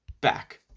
back